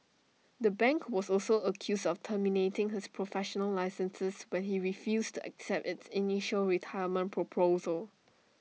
the bank was also accused of terminating his professional licenses when he refused to accept its initial retirement proposal